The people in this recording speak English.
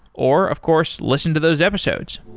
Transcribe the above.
or of course, listen to those episodes